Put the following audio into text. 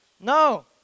No